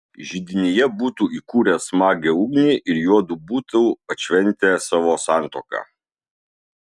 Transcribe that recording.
židinyje būtų įkūręs smagią ugnį ir juodu būtų atšventę savo santuoką